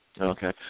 Okay